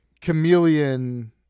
chameleon